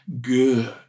good